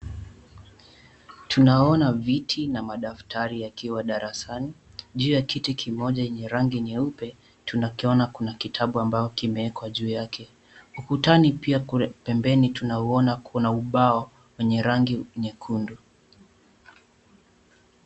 Tunaona viti na madaftari yakiwa darasani. Juu yakiti kimoja yenye rangi nyeupe, tunaona kuna kitabu ambao umewekwa juu yake. Ukutani pia pembeni tunaona kuna ubao wenye rangi nyekundu.